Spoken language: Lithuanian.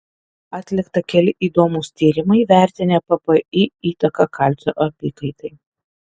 atlikta keli įdomūs tyrimai vertinę ppi įtaką kalcio apykaitai